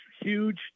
huge